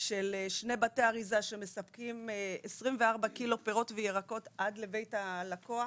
של שני בתי אריזה שמספקים 24 ק"ג פירות וירקות עד לבית הלקוח,